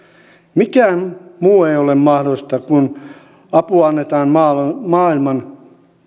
mikään muu ei ole mahdollista kun apua annetaan maailman maailman